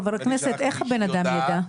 חבר הכנסת, איך הבן אדם יידע?